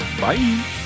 Bye